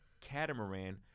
catamaran